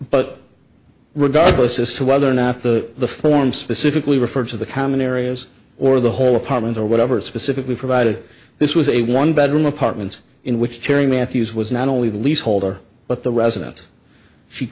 but regardless as to whether or not the form specifically refers to the common areas or the whole apartment or whatever specifically provided this was a one bedroom apartment in which charing matthews was not only the lease holder but the resident she